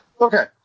Okay